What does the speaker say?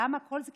למה כל זה?